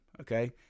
okay